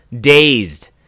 dazed